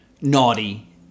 naughty